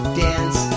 dance